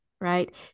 right